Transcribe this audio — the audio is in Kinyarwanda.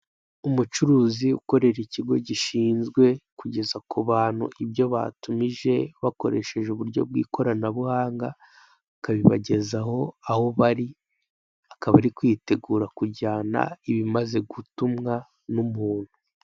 Umucuruzi ukorera ikigo gishinzwe kugeza kubantu ibyo batumije bakoresheje uburyo bw'ikoranabuhanga , akabibagezaho aho bari , akaba ari kwitegura kujyana ibimaze gutumwa n'umuntu.